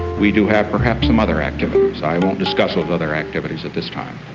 we do have perhaps some other activities. i won't discuss those other activities at this time.